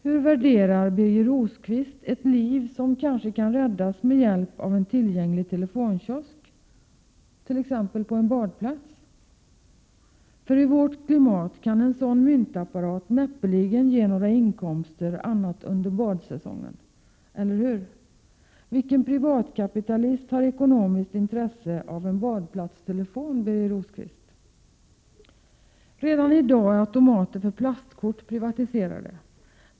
Hur värderar Birger Rosqvist ett liv som kanske kan räddas med hjälp av en tillgänglig telefonkiosk, t.ex. på en badplats? I vårt klimat kan en sådan myntapparat näppeligen ge några inkomster annat än under badsäsongen, eller hur? Vilken privatkapitalist har ekonomiskt intresse av en badplatstelefon? Redan i dag är automater för plastkort privatiserade.